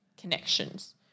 connections